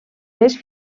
les